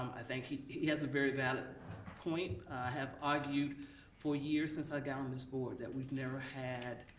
i think he has a very valid point. i have argued for years, since i got on this board, that we never had